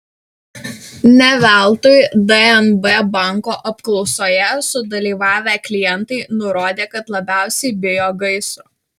ne veltui dnb banko apklausoje sudalyvavę klientai nurodė kad labiausiai bijo gaisro